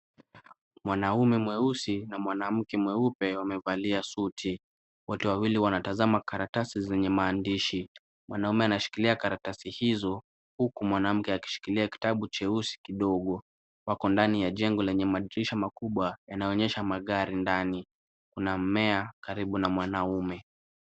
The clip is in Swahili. Mwanaume mweusi na mwanamke mweupe wamevalia suti. Wote wawili wanatazama karatasi zenye maandishi. Mwanaume anashikilia karatasi hizo huku mwanamke akishikilia kitabu cheusi kidogo. Wako ndani ya jengo lenye madirisha makubwa yanaonyesha magari ndani. Kuna mmea karibu na mwanaume.